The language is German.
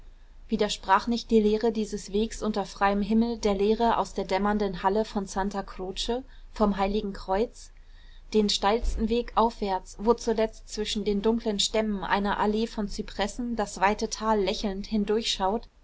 widersprach nicht die lehre dieses wegs unter freiem himmel der lehre aus der dämmernden halle von santa croce vom heiligen kreuz den steilsten weg aufwärts wo zuletzt zwischen den dunklen stämmen einer allee von zypressen das weite tal lächelnd